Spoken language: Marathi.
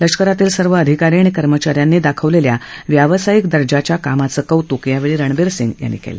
लष्करातील सर्व अधिकारी आणि कर्मचा यांनी दाखवलेल्या व्यावसायिक दर्जाच्या कामाचं कौतुक यावेळी रणबीर सिंग यांनी केलं